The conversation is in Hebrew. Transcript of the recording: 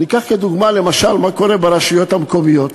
לדוגמה, מה קורה ברשויות המקומיות?